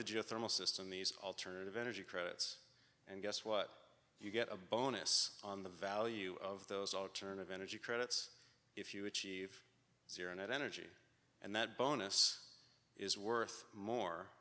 the geothermal system these alternative energy credits and guess what you get a bonus on the value of those alternative energy credits if you achieve zero net energy and that bonus is worth more